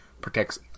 protects